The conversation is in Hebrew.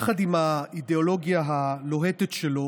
יחד עם האידיאולוגיה הלוהטת שלו